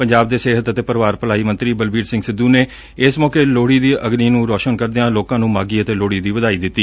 ਪੰਜਾਬ ਦੇ ਸਿਹਤ ਅਤੇ ਪਰਿਵਾਰ ਭਲਾਈ ਮੌਤਰੀ ਬਲਬੀਰ ਸਿੰਘ ਸਿੱਧੁ ਨੇ ਇਸ ਮੌਕੇ ਲੋਹੜੀ ਦੀ ਅਗਨੀ ਨ੍ਰੰ ਰੌਸ਼ਨ ਕਰਦਿਆਂ ਲੋਕਾਂ ਨੂੰ ਮਾਘੀ ਅਤੇ ਲੋਹੜੀ ਦੀ ਵਧਾਈ ਦਿੱਤੀ